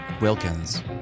Wilkins